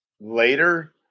later